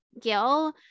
Gil